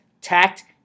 tact